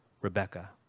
Rebecca